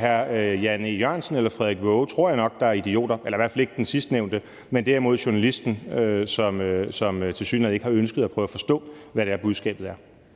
hr. Jan E. Jørgensen eller Frederik Waage, tror jeg , der er idioter – eller i hvert fald ikke den sidstnævnte – men derimod journalisten, som tilsyneladende ikke har ønsket at prøve at forstå, hvad det er, budskabet er.